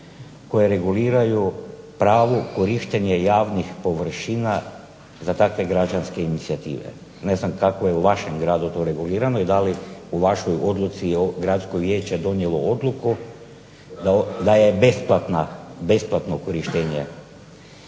koje reguliraju pravo korištenje javnih površina za takve građanske inicijative. Ne znam kako je u vašem gradu to regulirano, i da li u vašoj odluci, gradsko vijeće donijelo odluku da je besplatno korištenje.